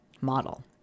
model